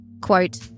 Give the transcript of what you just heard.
Quote